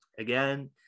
Again